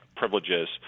privileges